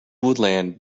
woodland